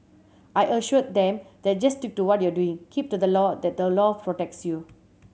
I assured them that just stick to what you are doing keep to the law the law protects you